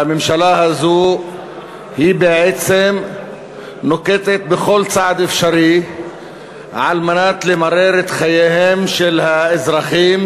והממשלה הזו בעצם נוקטת כל צעד אפשרי על מנת למרר את חייהם של האזרחים: